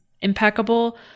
impeccable